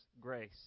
grace